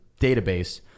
database